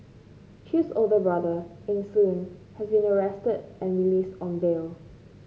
Chew's older brother Eng Soon has been arrested and released on bail